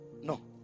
No